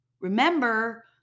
Remember